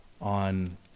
on